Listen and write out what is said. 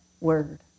word